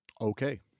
Okay